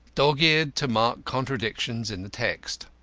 dog's-eared to mark contradictions in the text.